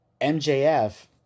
MJF